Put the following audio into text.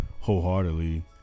wholeheartedly